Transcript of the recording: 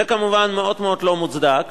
זה כמובן מאוד מאוד לא מוצדק,